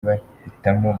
bahitamo